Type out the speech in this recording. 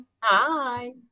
Hi